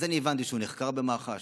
הבנתי שהוא נחקר במח"ש.